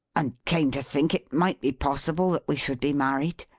and came to think it might be possible that we should be married.